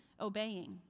obeying